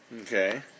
okay